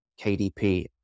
kdp